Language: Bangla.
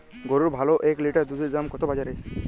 গরুর ভালো এক লিটার দুধের দাম কত বাজারে?